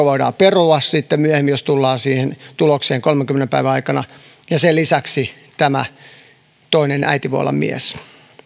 voidaan perua sitten myöhemmin jos tullaan siihen tulokseen kolmenkymmenen päivän aikana ja sen lisäksi tämä toinen äiti voi olla mies